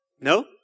No